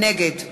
נגד